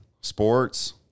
sports